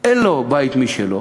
אין בית משלו,